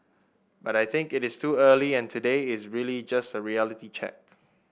but I think it is too early and today is really just a reality check